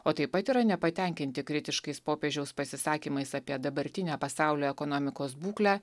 o taip pat yra nepatenkinti kritiškais popiežiaus pasisakymais apie dabartinę pasaulio ekonomikos būklę